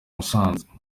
usanze